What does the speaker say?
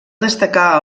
destacar